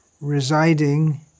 residing